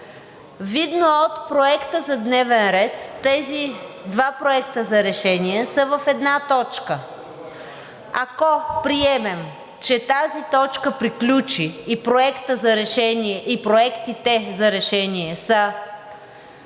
видно е от Проекта за дневен ред, тези два проекта за решение са в една точка. Ако приемем, че тази точка приключи и проектите за решение са